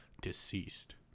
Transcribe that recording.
deceased